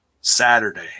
Saturday